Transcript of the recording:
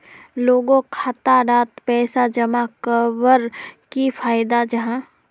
लोगोक खाता डात पैसा जमा कवर की फायदा जाहा?